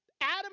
Adam